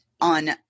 on